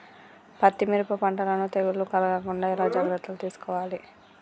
పత్తి మిరప పంటలను తెగులు కలగకుండా ఎలా జాగ్రత్తలు తీసుకోవాలి?